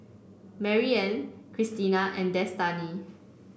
Maryann Christina and Destany